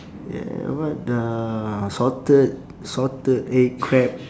yeah what the salted salted egg crab